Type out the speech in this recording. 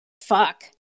fuck